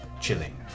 chilling